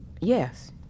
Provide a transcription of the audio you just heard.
Yes